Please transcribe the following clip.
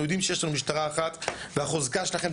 אנחנו יודעים שיש לנו משטרה אחת והחוזקה שלכם היא